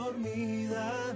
dormida